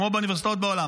כמו באוניברסיטאות בעולם.